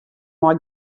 mei